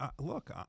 Look